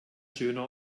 schöner